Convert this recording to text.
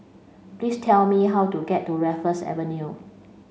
please tell me how to get to Raffles Avenue